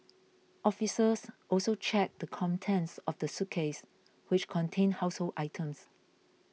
officers also checked the contents of the suitcase which contained household items